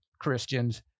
Christians